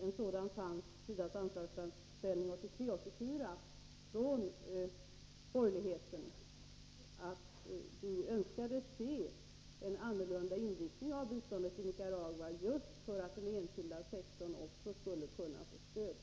En markering fanns i SIDA:s anslagsframställning 1983/84 från borgerligheten. Vi önskade se en annorlunda inriktning av biståndet till Nicaragua just för att den enskilda sektorn också skall kunna få stöd.